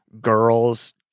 girls